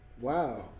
Wow